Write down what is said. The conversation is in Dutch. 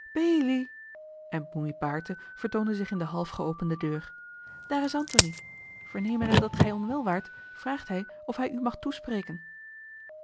en moei baerte vertoonde zich in de half geopende deur daar is antony vernemende dat gij onwel waart vraagt hij of hij u mag toespreken